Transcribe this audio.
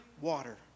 water